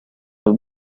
los